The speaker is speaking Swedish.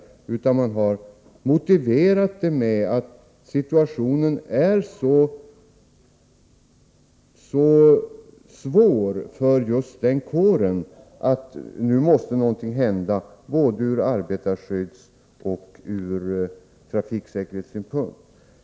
Man har motiverat detta med att situationen är så svår för just denna kår att det nu måste hända någonting, både ur arbetarskyddsoch ur trafiksäkerhetssynpunkt.